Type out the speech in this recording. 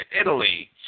Italy